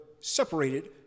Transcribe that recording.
separated